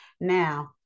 Now